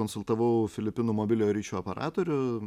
konsultavau filipinų mobiliojo ryšio operatorių